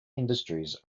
industries